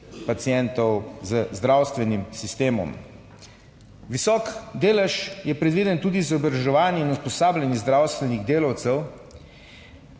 pacientov z zdravstvenim sistemom. Visok delež je predviden tudi za izobraževanje in usposabljanje zdravstvenih delavcev,